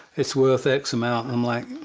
it's worth x amount. i'm like,